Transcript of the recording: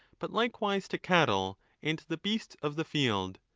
but likewise to cattle and the beasts of the field,